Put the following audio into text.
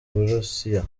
burusiya